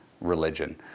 religion